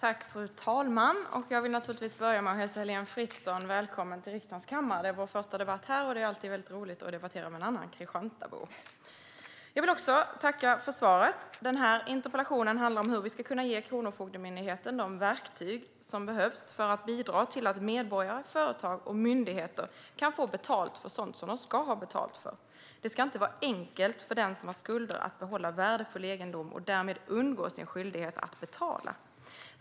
Fru talman! Jag vill naturligtvis börja med att hälsa Heléne Fritzon välkommen till riksdagens kammare. Det är vår första debatt här, och det är alltid väldigt roligt att debattera med en annan Kristianstadbo. Jag vill också tacka för svaret. Denna interpellation handlar om hur vi ska kunna ge Kronofogdemyndigheten de verktyg som behövs för att de ska kunna bidra till att medborgare, företag och myndigheter kan få betalt för sådant som de ska ha betalt för. Det ska inte vara enkelt för den som har skulder att behålla värdefull egendom och därmed undgå sin skyldighet att betala.